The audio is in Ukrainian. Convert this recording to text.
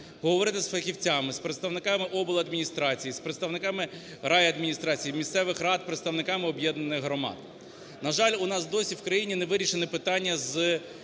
поговорити з фахівцями, з представниками обладміністрації, з представниками райадміністрації, місцевих рад, представниками об'єднаних громад. На жаль, у нас досі в країні не вирішені питання з